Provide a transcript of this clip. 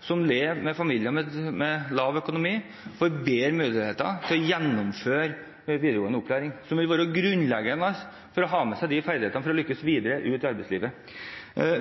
som lever i familier med dårlig økonomi, får bedre muligheter til å gjennomføre videregående opplæring, som vil være grunnleggende for å ha med seg ferdighetene for å lykkes videre ut i arbeidslivet.